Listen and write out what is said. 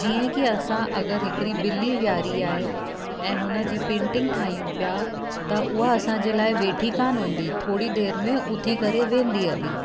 जीअं की असां अगरि हिकिड़ी ॿिली विहारी आहे ऐं हुन जी पेंटिंग ठाहियूं पिया त उहा असांजे लाइ वेठी कोन हूंदी थोरी देरि में उथी करे वेंदी हली